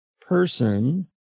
person